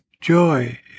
Joy